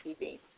TV